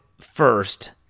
first